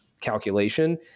calculation